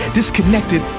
disconnected